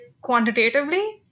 quantitatively